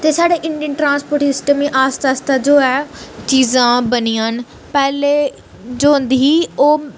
ते साढ़े Indian transport system आस्तै आस्तै जो ऐ चीज़ां बनियां न पैह्ले जो होंदी ही ओह्